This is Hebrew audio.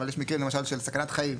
אבל יש מקרה למשל של סכנת חיים.